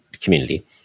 community